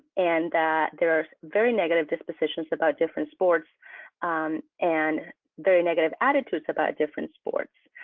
and that there are very negative dispositions about different sports and very negative attitudes about different sports.